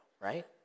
right